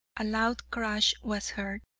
a loud crash was heard,